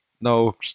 no